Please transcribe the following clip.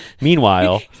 meanwhile